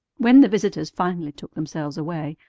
when the visitors finally took themselves away,